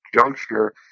juncture